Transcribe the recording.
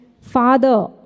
father